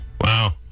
Wow